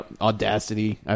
audacity